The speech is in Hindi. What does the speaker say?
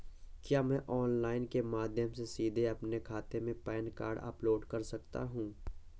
क्या मैं ऑनलाइन के माध्यम से सीधे अपने खाते में पैन कार्ड अपलोड कर सकता हूँ?